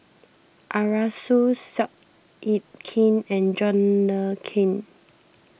Arasu Seow Yit Kin and John Le Cain